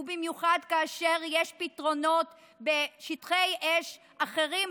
ובמיוחד כאשר יש פתרונות בשטחי אש אחרים,